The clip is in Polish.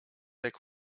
jak